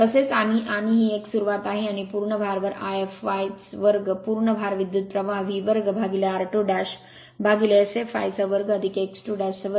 तसेच आणि ही एक सुरुवात आहे आणि पूर्ण भारवर I fl2 पूर्ण भार विद्युत प्रवाह V 2r2Sfl2 x 2 2